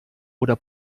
oder